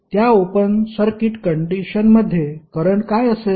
त्या open circuit कंडिशनमध्ये current काय असेल